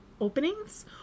openings